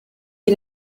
you